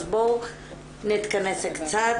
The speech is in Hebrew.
אז בואו נתכנס קצת.